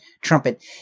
trumpet